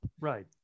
Right